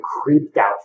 creeped-out